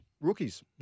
rookies